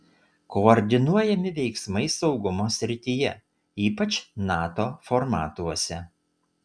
koordinuojami veiksmai saugumo srityje ypač nato formatuose